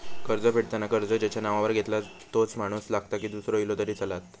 कर्ज फेडताना कर्ज ज्याच्या नावावर घेतला तोच माणूस लागता की दूसरो इलो तरी चलात?